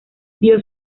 dio